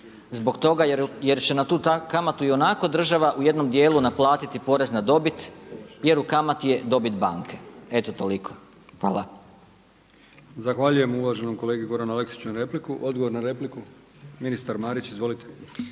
zbog toga jer će na tu kamatu ionako država u jednom dijelu naplatiti porez na dobit jer u kamati je dobit banke. Eto toliko. Hvala. **Brkić, Milijan (HDZ)** Zahvaljujem uvaženom kolegi Goranu Aleksiću na replici. Odgovor na repliku ministar Marić. Izvolite.